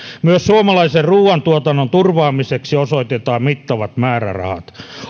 myös suomalaisen ruuantuotannon turvaamiseksi osoitetaan mittavat määrärahat